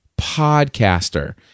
Podcaster